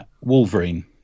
Wolverine